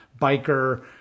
biker